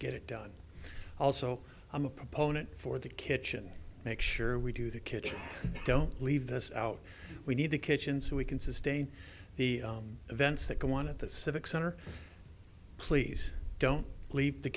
get it done also i'm a proponent for the kitchen make sure we do the kitchen don't leave this out we need the kitchen so we can sustain the events that go on at the civic center please don't leave the